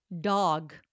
dog